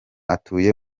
atuye